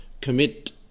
commit